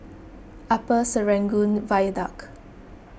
Upper Serangoon Viaduct